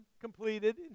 completed